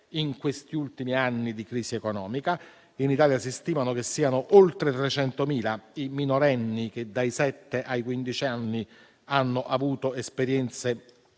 in questi ultimi anni di crisi economica. In Italia si stima che siano oltre 300.000 i minorenni, che dai sette ai quindici anni hanno avuto esperienze